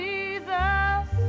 Jesus